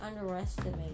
underestimate